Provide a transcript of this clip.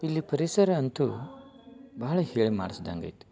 ಇಲ್ಲಿ ಪರಿಸರ ಅಂತೂ ಬಹಳ ಹೇಳಿ ಮಾಡ್ಸ್ದಂತೆ ಐತಿ